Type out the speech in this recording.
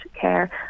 care